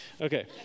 Okay